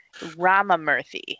Ramamurthy